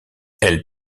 elle